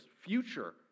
future